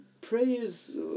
prayers